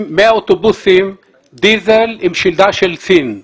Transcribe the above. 100 אוטובוסים דיזל עם שלדה של סין.